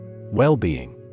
Well-being